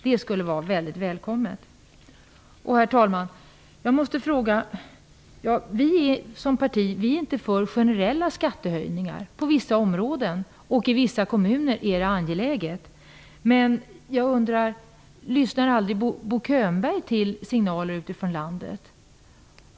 Det skulle vara mycket välkommet. Herr talman! Vi är inte som parti för generella skattehöjningar. På vissa områden och i vissa kommuner är det angeläget. Lyssnar aldrig Bo Könberg till signaler utifrån landet?